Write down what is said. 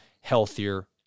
healthier